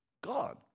God